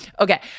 Okay